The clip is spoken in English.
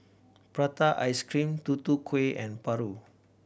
prata ice cream Tutu Kueh and paru